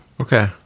Okay